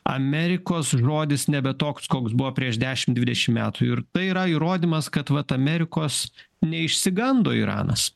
amerikos žodis nebe toks koks buvo prieš dešim dvidešim metų ir tai yra įrodymas kad vat amerikos neišsigando iranas